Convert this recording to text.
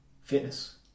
fitness